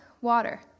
water